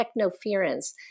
technoference